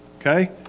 Okay